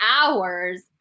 hours